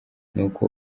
nuko